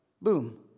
Boom